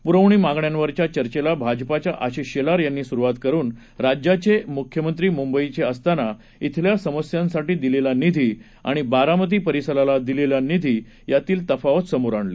प्रवणी मागण्यांवरच्या चर्चेला भाजपच्या आशिष शेलार यांनी सुरुवात करीत राज्याचे मुख्यमंत्री मुंबईचे असताना इथल्या समस्यांसाठी दिलेला निधी बारामती परिसराला दिला गेलेला निधी यातील तफावत समोर आणली